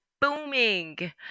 booming